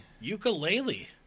Ukulele